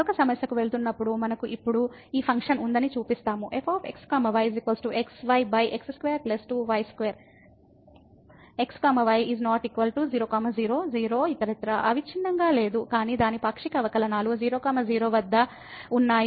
మరొక సమస్యకు వెళుతున్నప్పుడు మనకు ఇప్పుడు ఈ ఫంక్షన్ ఉందని చూపిస్తాము f x y xyx2 2y2 x y ≠ 0 0 0 ఇతరత్రా అవిచ్ఛిన్నంగా లేదు కానీ దాని పాక్షిక అవకలనాలు 00 వద్ద ఉన్నాయి